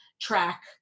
track